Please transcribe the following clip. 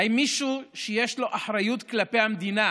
האם מישהו שיש לו אחריות כלפי המדינה